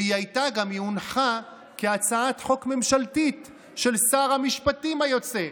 והיא הונחה כהצעת חוק ממשלתית של שר המשפטים היוצא,